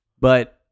But-